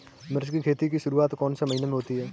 मिर्च की खेती की शुरूआत कौन से महीने में होती है?